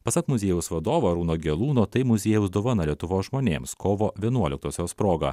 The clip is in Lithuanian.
pasak muziejaus vadovo arūno gelūno tai muziejaus dovana lietuvos žmonėms kovo vienuoliktosios proga